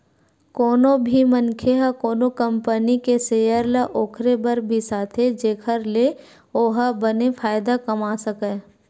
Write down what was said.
कोनो भी मनखे ह कोनो कंपनी के सेयर ल ओखरे बर बिसाथे जेखर ले ओहा बने फायदा कमा सकय